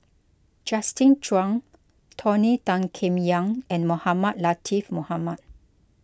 Justin Zhuang Tony Tan Keng Yam and Mohamed Latiff Mohamed